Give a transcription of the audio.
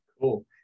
Cool